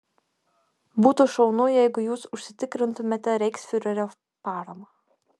būtų šaunu jeigu jūs užsitikrintumėte reichsfiurerio paramą